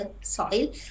soil